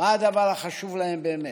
מה הדבר החשוב להם באמת,